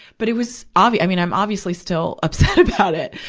but it was obvi, i mean, i'm obviously still upset about it.